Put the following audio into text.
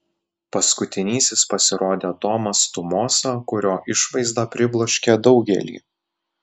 paskutinysis pasirodė tomas tumosa kurio išvaizda pribloškė daugelį